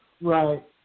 Right